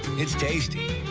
it's tasty.